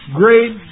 great